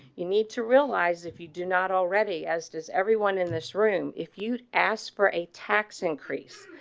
you need to realize if you do not already, as does everyone in this room, if you ask for a tax increase,